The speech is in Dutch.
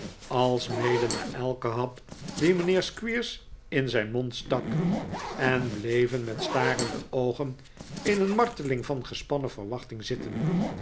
alsmede naar elken hap dien mijnheer squeers in zijn mond stak en bleven met starende oogen in een marteling van gespannen verwachting zitten